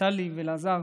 טלי ושל אלעזר,